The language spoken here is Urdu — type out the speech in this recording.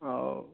اور